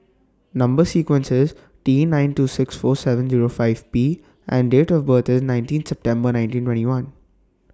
Number sequence IS T nine two six four seven Zero five P and Date of birth IS nineteenth September nineteen twenty one